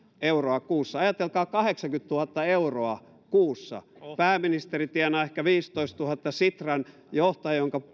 euroa kuussa ajatelkaa kahdeksankymmentätuhatta euroa kuussa kun pääministeri tienaa ehkä viisitoistatuhatta ja sitran johtaja jonka